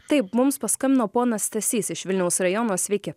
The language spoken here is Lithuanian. taip mums paskambino ponas stasys iš vilniaus rajono sveiki